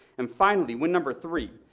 and finally, win number three.